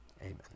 Amen